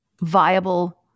viable